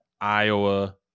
iowa